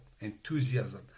enthusiasm